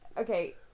okay